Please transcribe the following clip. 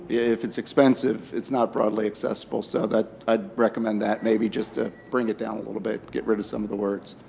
if it's expensive, it's not broadly accessible. so, that i'd recommend that, maybe just to bring it down a little bit, get rid of some of the words.